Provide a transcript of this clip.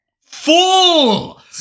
Fool